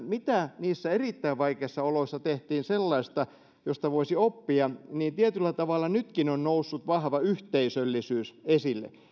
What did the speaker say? mitä niissä erittäin vaikeissa oloissa tehtiin sellaista josta voisi oppia niin tietyllä tavalla nytkin on noussut vahva yhteisöllisyys esille